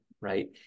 right